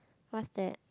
what's that